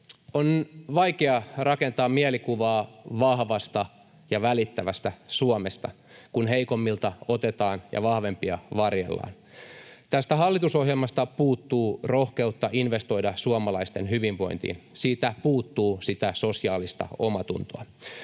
On vaikea rakentaa mielikuvaa vahvasta ja välittävästä Suomesta, kun heikommilta otetaan ja vahvempia varjellaan. Tästä hallitusohjelmasta puuttuu rohkeutta investoida suomalaisten hyvinvointiin, siitä puuttuu sitä sosiaalista omaatuntoa.